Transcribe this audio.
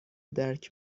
درک